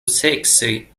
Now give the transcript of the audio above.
seksoj